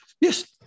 Yes